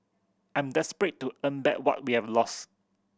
I'm desperate to earn back what we have lost